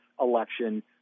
election